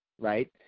right